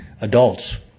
adults